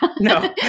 No